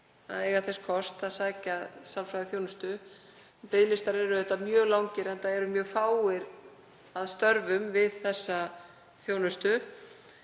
að eiga þess kost að sækja sálfræðiþjónustu. Biðlistar eru mjög langir enda eru mjög fáir að störfum við þessa þjónustu.